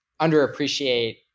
underappreciate